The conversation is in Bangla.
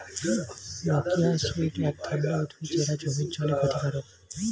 নক্সিয়াস উইড এক ধরনের উদ্ভিদ যেটা জমির জন্যে ক্ষতিকারক